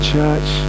Church